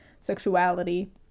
sexuality